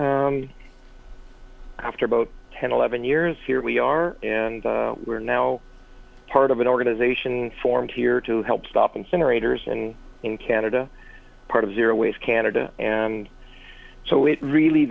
after about ten eleven years here we are and we're now part of an organization formed here to help stop incinerators and in canada part of zero ways canada and so it really